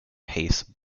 pace